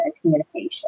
communication